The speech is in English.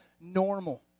normal